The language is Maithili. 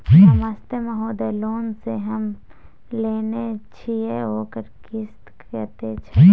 नमस्ते महोदय, लोन जे हम लेने छिये ओकर किस्त कत्ते छै?